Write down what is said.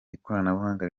ikoranabuhanga